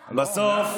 לדבר.